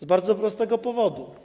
Z bardzo prostego powodu.